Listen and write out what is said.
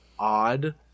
Odd